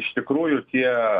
iš tikrųjų tie